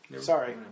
Sorry